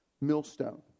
millstone